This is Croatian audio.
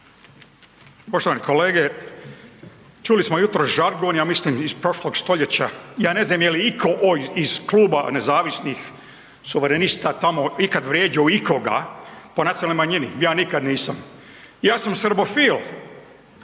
Poštovani kolege, čuli smo jutros žargon, ja mislim iz prošlog stoljeća. Ja ne znam je li iko iz Kluba nezavisnih suverenista tamo ikad vrijeđo ikoga po nacionalnoj manjini? Ja nikad nisam. Ja sam srbofil,